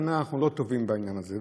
כנראה אנחנו לא טובים בעניין הזה.